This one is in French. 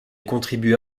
contribua